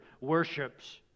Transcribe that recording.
worships